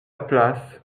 place